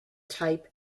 type